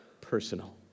personal